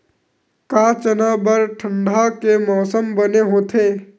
का चना बर ठंडा के मौसम बने होथे?